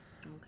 Okay